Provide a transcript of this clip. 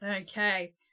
Okay